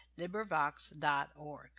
LibriVox.org